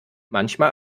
manchmal